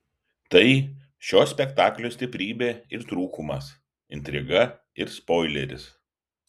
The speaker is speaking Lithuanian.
tai šio spektaklio stiprybė ir trūkumas intriga ir spoileris